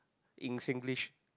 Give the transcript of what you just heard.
in Singlish